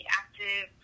active